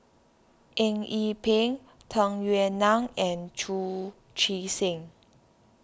Eng Yee Peng Tung Yue Nang and Chu Chee Seng